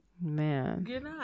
Man